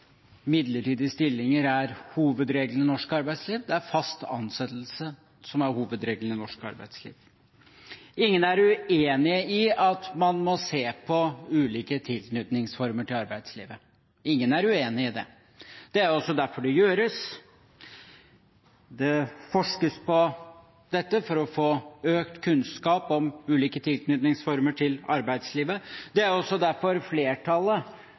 midlertidige stillinger er hovedregelen i norsk arbeidsliv. Det er fast ansettelse som er hovedregelen i norsk arbeidsliv. Ingen er uenig i at man må se på ulike tilknytningsformer til arbeidslivet. Ingen er uenig i det. Det er også derfor det gjøres. Det forskes på dette for å få økt kunnskap om ulike tilknytningsformer til arbeidslivet. Det er også derfor flertallet